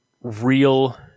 real